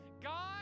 God